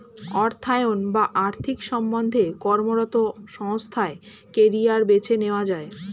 অর্থায়ন বা আর্থিক সম্বন্ধে কর্মরত সংস্থায় কেরিয়ার বেছে নেওয়া যায়